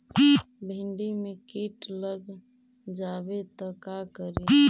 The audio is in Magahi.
भिन्डी मे किट लग जाबे त का करि?